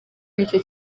nicyo